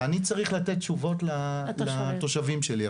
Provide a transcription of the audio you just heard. ואני צריך לתת תשובות לתושבים שלי.